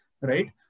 right